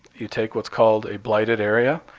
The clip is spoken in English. you take what's called a blighted area.